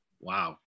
Wow